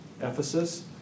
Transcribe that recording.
Ephesus